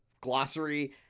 glossary